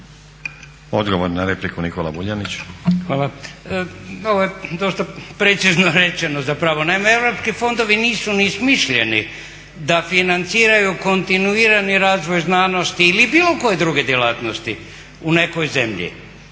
**Vuljanić, Nikola (Nezavisni)** Hvala. Ovo je dosta precizno rečeno zapravo. Naime, europski fondovi nisu ni smišljeni da financiraju kontinuirani razvoj znanosti ili bilo koje druge djelatnosti u nekoj zemlji.